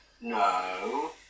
no